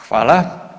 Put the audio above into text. Hvala.